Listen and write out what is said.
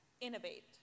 innovate